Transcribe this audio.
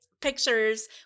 Pictures